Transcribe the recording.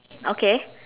okay